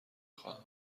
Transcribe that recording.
خواهم